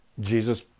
Jesus